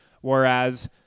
whereas